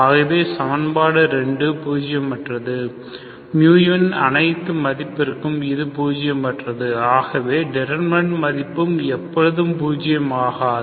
ஆகவே சமன்பாடு 2 பூஜ்ய மற்றது μ ன் அனைத்து மதிப்பிற்கும் இது பூஜ்ய மற்றது ஆகவே டிடர்மினன்ட் மதிப்பும் எப்பொழுதுமே 0 ஆகாது